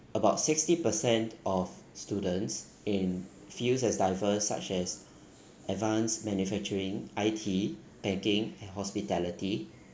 about sixty percent of students in fields as diverse such as advanced manufacturing I_T baking and hospitality